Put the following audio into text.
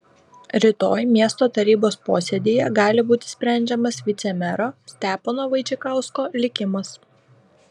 rytoj miesto tarybos posėdyje gali būti sprendžiamas vicemero stepono vaičikausko likimas